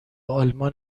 آلمان